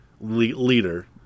leader